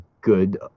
good